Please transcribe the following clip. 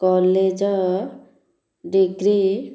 college degree